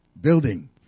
building